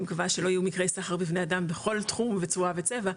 אני מקווה שלא יהיו מקרי סחר בבני אדם בכל תחום וצורה וצבע,